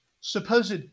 supposed